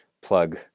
plug